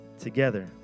Together